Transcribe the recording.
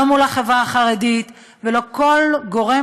לא מול החברה החרדית ולא מול כל גורם